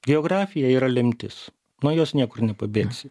geografija yra lemtis nuo jos niekur nepabėgsi